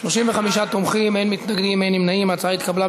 חידוש אוטומטי של הנחה בארנונה),